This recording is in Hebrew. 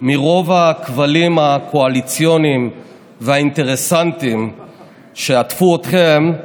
מרוב הכבלים הקואליציוניים והאינטרסנטיים שעטפו אתכם,